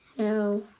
know,